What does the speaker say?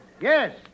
Yes